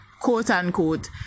quote-unquote